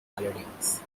politics